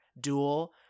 duel